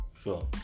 Sure